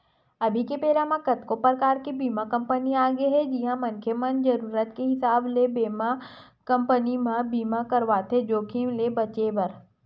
अभी के बेरा कतको परकार के बीमा कंपनी आगे हे जिहां मनखे मन जरुरत के हिसाब ले बीमा कंपनी म बीमा करवाथे जोखिम ले बचें बर